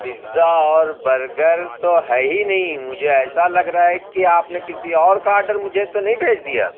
pizza اور burger تو ہے ہی نہیں مجھے ایسا لگ رہا ہے کہ آپ نے کسی اور کا آڈر مجھے تو نہیں بھیج دیا